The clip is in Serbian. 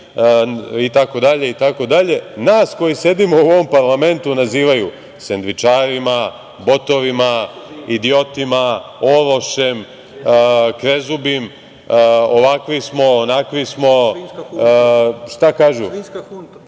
itd. nas koji sedimo u ovom parlamentu nazivaju sendvičarima, botovima, idiotima, ološem, krezubim, ovakvi smo, onakvi smo, svinjska